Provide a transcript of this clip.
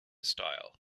style